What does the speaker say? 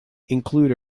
include